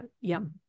yum